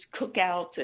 cookouts